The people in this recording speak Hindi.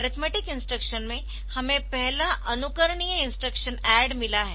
अरिथमेटिक इंस्ट्रक्शन में हमें पहला अनुकरणीय इंस्ट्रक्शन ADD मिला है